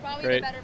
Great